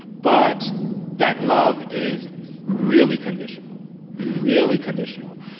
but that love is really conditional really conditional.